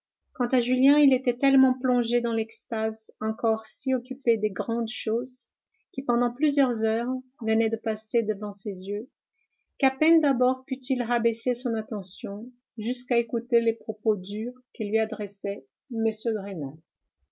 quant à julien il était tellement plongé dans l'extase encore si occupé des grandes choses qui pendant plusieurs heures venaient de passer devant ses yeux qu'à peine d'abord put-il rabaisser son attention jusqu'à écouter les propos durs que lui adressait m